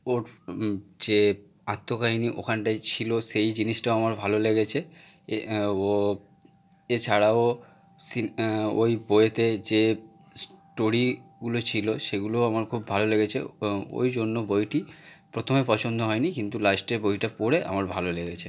ওর যে আত্মকাহিনি ওখানটায় ছিল সেই জিনিসটাও আমার ভালো লেগেছে এ ও এছাড়াও সিন ওই বইয়েতে যে স্টোরিগুলো ছিল সেগুলোও আমার খুব ভালো লেগেছে ও ওই জন্য বইটি প্রথমে পছন্দ হয়নি কিন্তু লাস্টে বইটা পড়ে আমার ভালো লেগেছে